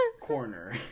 corner